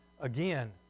again